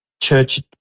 church